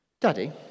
Daddy